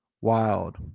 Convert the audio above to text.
wild